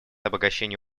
обогащения